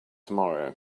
tomorrow